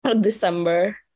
December